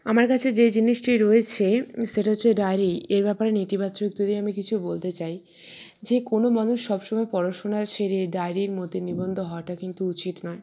আমার কাছে যেই জিনিসটি রয়েছে সেটা হচ্ছে ডায়েরি এ ব্যাপারে নেতিবাচক যদি আমি কিছু বলতে চাই যে কোনও মানুষ সবসময় পড়াশোনা ছেড়ে ডায়েরির মধ্যে নিবদ্ধ হওয়াটা কিন্তু উচিত নয়